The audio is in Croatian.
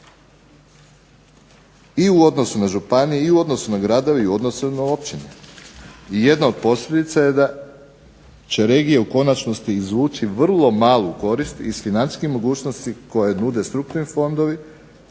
i u odnosu na županije, gradove i općine. I jedna od posljedica je da će regije u konačnosti izvući vrlo malu korist iz financijskih mogućnosti koje nude strukturni fondovi